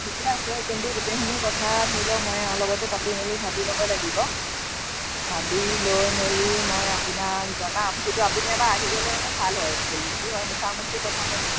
ঠিকে আছে কিন্তু গোটেইখিনি কথা ধৰি লওক মই এওঁৰ লগতো পাতি মেলি ভাবি ল'ব লাগিব ভাবি লৈ মেলি মই আপোনাক জনাম কিন্তু আপুনি এবাৰ আহিলে মানে ভাল হয় একচুৱেলী কি হয় মুখামুখি কথাটো